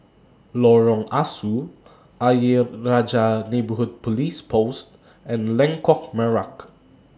Lorong Ah Soo Ayer Rajah Neighbourhood Police Post and Lengkok Merak